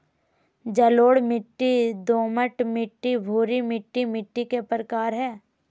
जलोढ़ मिट्टी, दोमट मिट्टी, भूरी मिट्टी मिट्टी के प्रकार हय